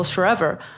forever